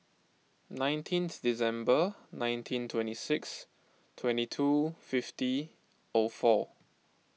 nineteenth December nineteen twenty six twenty two fifty O four